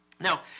Now